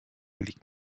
liegt